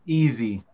easy